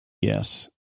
yes